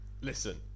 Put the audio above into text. Listen